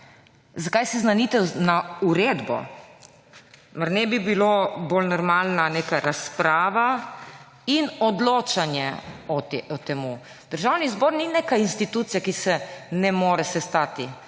Zakaj seznanitev na uredbo? Mar ne bi bila bolj normalna neka razprava in odločanje o tem? Državni zbor ni neka institucija, ki se ne more sestati